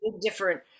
different